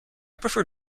prefer